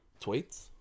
tweets